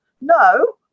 no